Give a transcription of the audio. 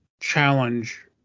challenge